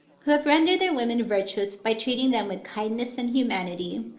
who have rendered their women virtuous by treating them with kindness and humanity,